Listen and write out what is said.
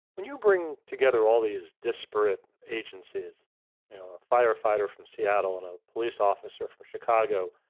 when you bring together all these disparate agencies. you know, a firefighter from seattle and a police officer from chicago,